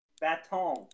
BATON